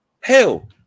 Hell